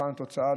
במבחן התוצאה,